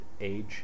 age